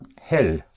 hell